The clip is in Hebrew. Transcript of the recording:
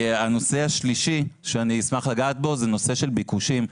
הנושא השלישי שאשמח לגעת בו הוא נושא הביקושים.